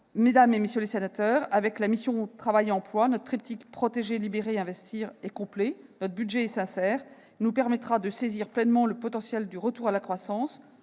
Mesdames, messieurs les sénateurs, avec la mission « Travail et emploi », notre triptyque « protéger, libérer, investir » est complet. Notre budget est sincère. Il nous permettra de saisir pleinement le potentiel du retour de la croissance